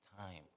time